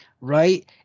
right